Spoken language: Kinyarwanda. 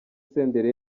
senderi